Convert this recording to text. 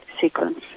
sequence